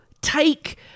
take